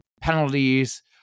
penalties